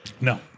No